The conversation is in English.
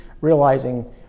realizing